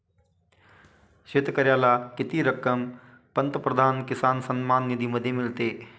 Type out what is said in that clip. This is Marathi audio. शेतकऱ्याला किती रक्कम पंतप्रधान किसान सन्मान निधीमध्ये मिळते?